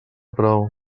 prou